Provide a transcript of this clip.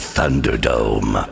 Thunderdome